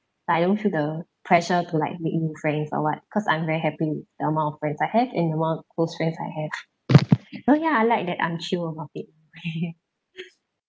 like I don't feel the pressure to like make new friends or what cause I'm very happy with the amount of friends I have and the amount of close friends I have so ya I like that I'm chill about it